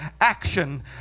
action